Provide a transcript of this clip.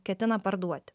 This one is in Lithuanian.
ketina parduoti